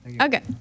Okay